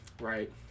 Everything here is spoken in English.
right